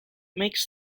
makes